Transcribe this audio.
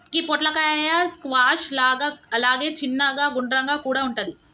గి పొట్లకాయ స్క్వాష్ లాగా అలాగే చిన్నగ గుండ్రంగా కూడా వుంటది